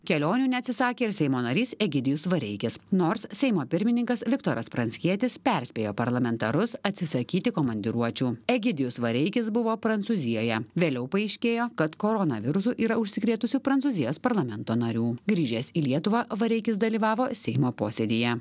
kelionių neatsisakė ir seimo narys egidijus vareikis nors seimo pirmininkas viktoras pranckietis perspėjo parlamentarus atsisakyti komandiruočių egidijus vareikis buvo prancūzijoje vėliau paaiškėjo kad koronavirusu yra užsikrėtusių prancūzijos parlamento narių grįžęs į lietuvą vareikis dalyvavo seimo posėdyje